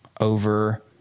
over